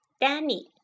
Danny